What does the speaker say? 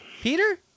peter